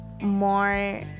more